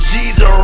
Jesus